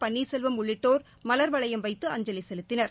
பன்னீர்செல்வம் உள்ளிட்டோர் மவர் வளையம் வைத்து அஞ்சலி செலுத்தினர்